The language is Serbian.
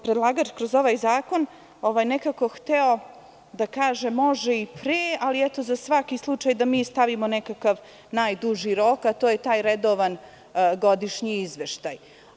Predlagač je kroz ovaj zakon nekako hteo da kaže – može i pre, ali eto za svaki slučaj da stavimo nekakav najduži rok, a to je taj redovan godišnji izveštaj.